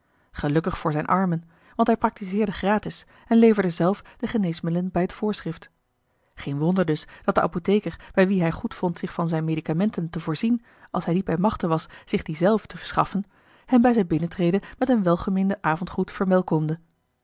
gelukkig voor zijne armen want hij practiseerde gratis en leverde zelf de geneesmiddelen bij het voorschrift geen wonder dus dat de apotheker bij wien hij goedvond zich van zijne medicamenten te voorzien als hij niet bij machte was zich die zelf te verschaffen hem bij zijn binnentreden met een welgemeenden